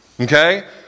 Okay